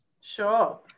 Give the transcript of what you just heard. Sure